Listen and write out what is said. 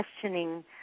questioning